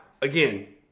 again